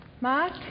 Mark